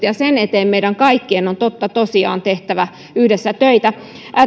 ja sen eteen meidän kaikkien on totta tosiaan tehtävä yhdessä töitä